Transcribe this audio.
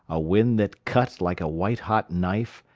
a wind that cut like a white-hot knife,